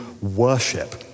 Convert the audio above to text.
worship